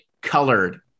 colored